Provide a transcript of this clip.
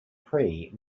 prix